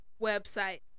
Website